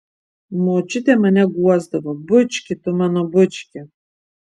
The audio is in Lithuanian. močiutė mane guosdavo bučki tu mano bučki